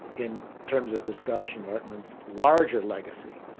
in terms of the scottish enlightenment's larger legacy,